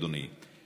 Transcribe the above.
אדוני.